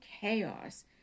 chaos